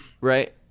Right